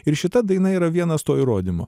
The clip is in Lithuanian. ir šita daina yra vienas to įrodymų